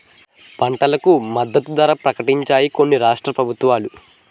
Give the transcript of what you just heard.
పంటలకు మద్దతు ధర ప్రకటించాయి కొన్ని రాష్ట్ర ప్రభుత్వాలు